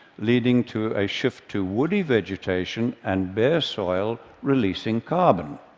leading to a shift to woody vegetation and bare soil, releasing carbon.